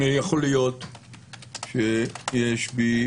יכול להיות שיש בי